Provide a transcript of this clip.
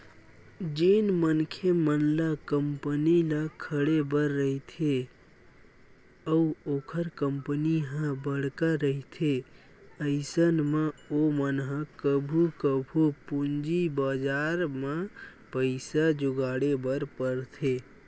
जेन मनखे मन ल कंपनी ल खड़े बर रहिथे अउ ओखर कंपनी ह बड़का रहिथे अइसन म ओमन ह कभू कभू पूंजी बजार म पइसा जुगाड़े बर परथे